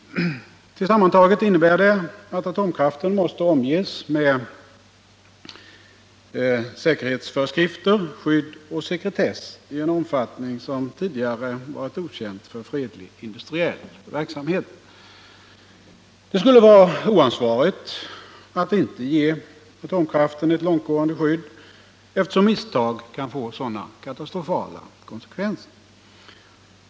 Tillsammantaget innebär det att atomkraften måste omges med säkerhetsföreskrifter, skydd och sekretess i en omfattning som tidigare varit okänd för fredlig industriell verksamhet. Det skulle vara oansvarigt att inte ge atomkraften ett långtgående skydd, eftersom misstag kan få så katastrofala konsekvenser.